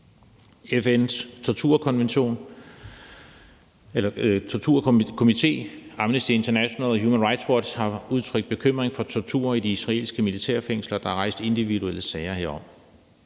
FN's torturkomité, Amnesty International og Human Rights Watch har udtrykt bekymring for tortur i de israelske militærfængsler, og der er rejst individuelle sager herom.